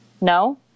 No